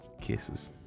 Kisses